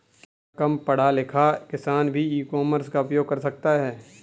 क्या कम पढ़ा लिखा किसान भी ई कॉमर्स का उपयोग कर सकता है?